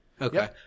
Okay